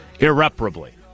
Irreparably